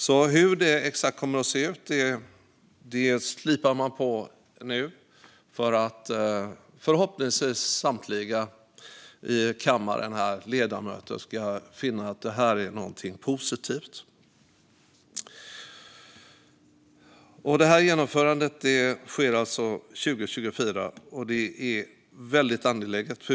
Exakt hur det kommer att se ut slipar man på nu för att förhoppningsvis samtliga ledamöter i kammaren ska finna att det här är någonting positivt. Genomförandet sker 2024, och det är väldigt angeläget.